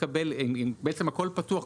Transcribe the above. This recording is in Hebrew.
בעצם הכול פתוח,